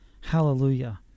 Hallelujah